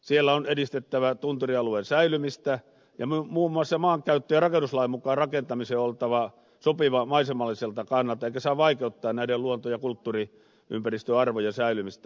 siellä on edistettävä tunturialueen säilymistä ja muun muassa maankäyttö ja rakennuslain mukaan rakentamisen on oltava sopiva maisemalliselta kannalta eikä se saa vaikeuttaa näiden luonto ja kulttuuriympäristöarvojen säilymistä